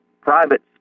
private